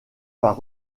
par